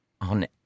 on